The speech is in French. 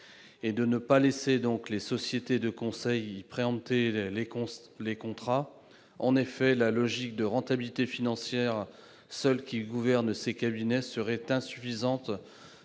et de ne pas laisser les sociétés de conseil préempter les contrats. En effet, la logique de rentabilité financière qui, seule, gouverne ces cabinets serait insuffisante